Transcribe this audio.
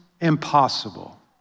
impossible